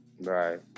right